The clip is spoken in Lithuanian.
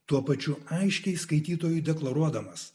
tuo pačiu aiškiai skaitytojui deklaruodamas